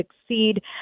succeed